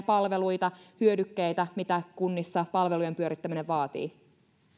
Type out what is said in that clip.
palveluita hyödykkeitä mitä kunnissa palvelujen pyörittäminen vaatii